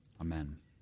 Amen